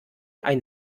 ein